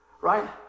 right